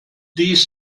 these